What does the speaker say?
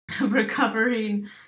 recovering